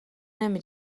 نمی